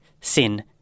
Sin